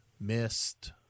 missed